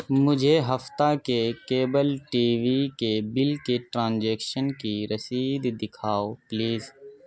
مجھے ہفتہ کے کیبل ٹی وی کے بل کے ٹرانجیکشن کی رسید دکھاؤ پلیز